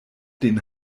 den